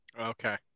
Okay